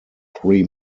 three